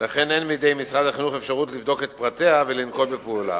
אין בידי משרד החינוך אפשרות לבדוק את פרטיה ולנקוט פעולה.